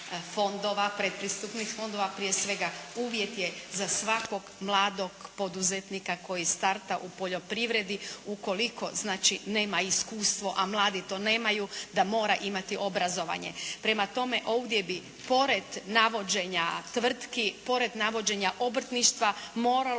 predpristupnih fondova prije svega uvjet je za svakog mladog poduzetnika koji starta u poljoprivredi ukoliko znači nema iskustvo a mladi to nemaju da mora imati obrazovanje. Prema tome, ovdje bi pored navođenja tvrtki, pored navođenja obrtništva moralo